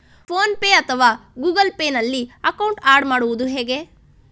Phone pay ಅಥವಾ Google Pay ನಲ್ಲಿ account add ಮಾಡುವುದು ಹೇಗೆ?